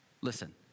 listen